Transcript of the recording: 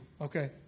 okay